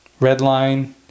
redline